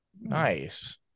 Nice